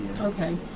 Okay